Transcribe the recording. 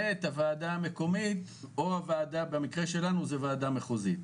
ואת הוועדה המקומית או במקרה שלנו זו ועדה מחוזית.